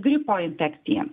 gripo infekcija